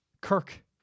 Kirk